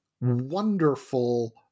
wonderful